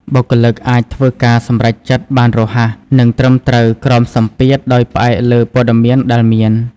បុគ្គលិកអាចធ្វើការសម្រេចចិត្តបានរហ័ស និងត្រឹមត្រូវក្រោមសម្ពាធ ដោយផ្អែកលើព័ត៌មានដែលមាន។